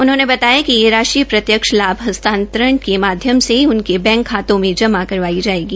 उन्होंने बताया कि यह राशि प्रत्यक्ष लाभ हस्तांतरण के माध्यम से उनके बैंक खाते में जमा करवाई जाएगी